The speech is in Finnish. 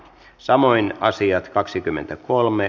keskustelua ei syntynyt